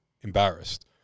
embarrassed